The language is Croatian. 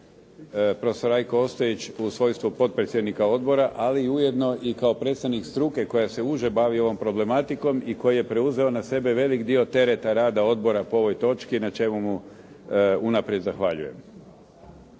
profesor Rajko Ostojić u svojstvu potpredsjednika odbora ali ujedno i kao predstavnik struke koja se uže bavi ovom problematikom i koji je preuzeo na sebe veliki dio tereta rada odbora po ovoj točki na čemu mu unaprijed zahvaljujem.